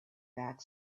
back